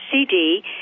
CD